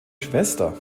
schwester